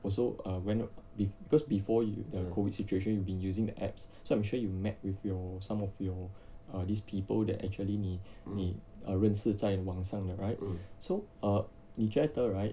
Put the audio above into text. also err went because before you the COVID situation you've been using the apps so I'm sure you met with your some of your err these people that actually 你你认识在网上的 right so err 你觉得 right